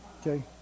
Okay